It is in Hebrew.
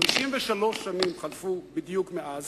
53 שנים בדיוק חלפו מאז,